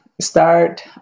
start